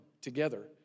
together